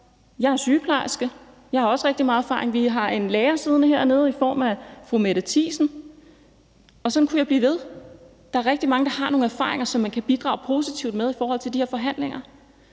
Jeg er sygeplejerske, og jeg har også rigtig meget erfaring. Vi har en lærer siddende hernede, fru Mette Thiesen. Og sådan kunne jeg blive ved. Der er rigtig mange, der har nogle erfaringer, som man kan bidrage positivt med i forhold til de her forhandlinger.